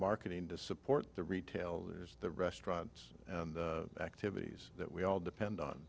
marketing to support the retailers the restaurants and activities that we all depend on